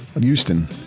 Houston